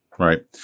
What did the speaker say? Right